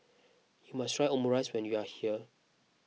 you must try Omurice when you are here